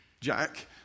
Jack